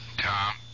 Tom